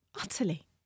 utterly